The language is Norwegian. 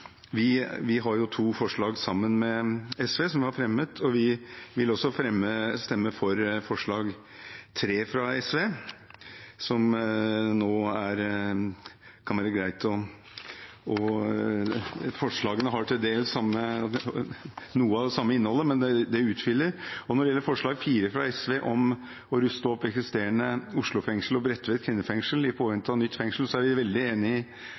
Vi har to forslag som vi har fremmet sammen med SV. Vi vil også stemme for forslag nr. 3, fra SV, som kan være greit – forslagene har noe av det samme innholdet, men dette utfyller. Når det gjelder forslag nr. 4, fra SV, om å ruste opp i eksisterende Oslo fengsel og Bredtvet kvinnefengsel i påvente av nytt fengsel, er vi veldig enig i